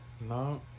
No